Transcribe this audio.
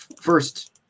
first